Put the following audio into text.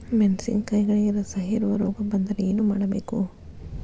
ಮೆಣಸಿನಕಾಯಿಗಳಿಗೆ ರಸಹೇರುವ ರೋಗ ಬಂದರೆ ಏನು ಮಾಡಬೇಕು?